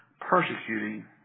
Persecuting